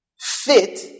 fit